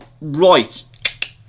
right